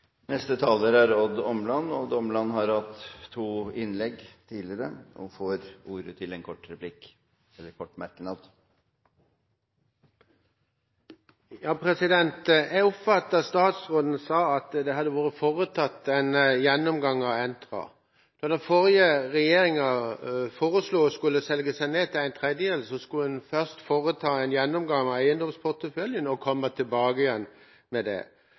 Odd Omland har hatt ordet to ganger tidligere og får ordet til en kort merknad, begrenset til 1 minutt. Jeg oppfatter det næringsministeren sa, slik at det har vært foretatt en gjennomgang av Entra. Da den forrige regjeringa foreslo at en skulle selge seg ned til en tredjedel, skulle en først foreta en gjennomgang av eiendomsporteføljen og komme tilbake igjen med det.